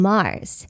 Mars